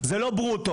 זה לא ברוטו.